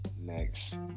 Next